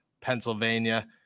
Pennsylvania